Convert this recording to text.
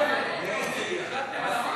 החלטתם,